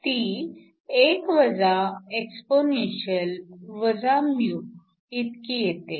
ती 1 exp μ इतकी येते